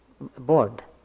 board